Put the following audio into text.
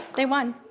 they won.